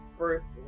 first